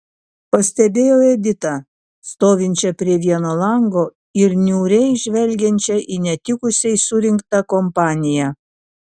pastebėjau editą stovinčią prie vieno lango ir niūriai žvelgiančią į netikusiai surinktą kompaniją